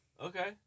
Okay